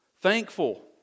Thankful